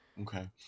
Okay